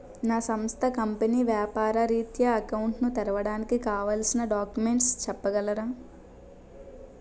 నా సంస్థ కంపెనీ వ్యాపార రిత్య అకౌంట్ ను తెరవడానికి కావాల్సిన డాక్యుమెంట్స్ చెప్పగలరా?